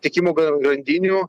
patikimų grandinių